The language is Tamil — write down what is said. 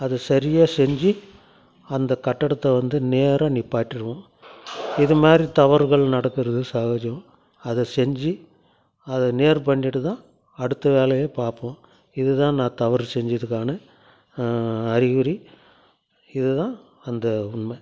அதை சரியாக செஞ்சு அந்த கட்டடத்தை வந்து நேராக நிப்பாட்டிருவோம் இது மாரி தவறுகள் நடக்கிறது சகஜம் அதை செஞ்சு அதை நேர் பண்ணிட்டு தான் அடுத்த வேலையே பார்ப்போம் இது தான் நான் தவறு செஞ்சதுக்கான அறிகுறி இது தான் அந்த உண்மை